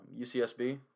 UCSB